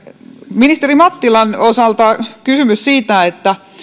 ministeri mattilan osalta kysymys siitä